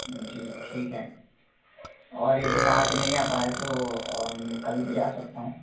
जी ठीक है और यदि मैं आज नहीं आ पाया तो कल भी आ सकता हूँ